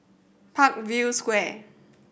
Parkview Square